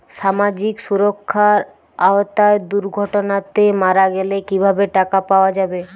সামাজিক সুরক্ষার আওতায় দুর্ঘটনাতে মারা গেলে কিভাবে টাকা পাওয়া যাবে?